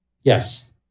Yes